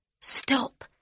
Stop